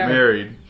married